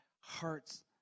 hearts